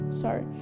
Sorry